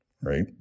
right